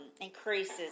increases